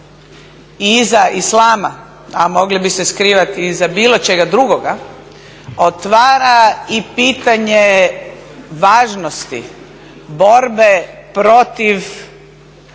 iza Islama a mogle bi se skrivati iza bilo čega drugoga, otvara i pitanje važnosti borbe protiv